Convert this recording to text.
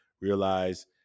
realize